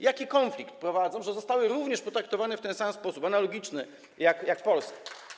Jaki konflikt prowadzą, że zostały potraktowane w ten sam sposób, analogiczny, tak jak Polska?